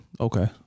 Okay